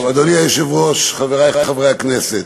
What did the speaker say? טוב, אדוני היושב-ראש, חברי חברי הכנסת,